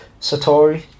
Satori